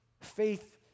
faith